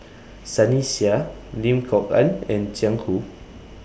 Sunny Sia Lim Kok Ann and Jiang Hu